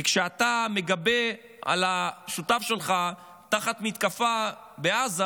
כי כשאתה מחפה על השותף שלך תחת מתקפה בעזה,